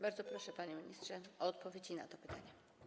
Bardzo proszę, panie ministrze, o odpowiedzi na te pytania.